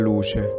Luce